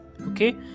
okay